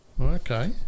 Okay